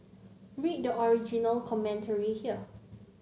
read the original commentary here